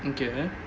okay then